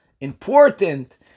important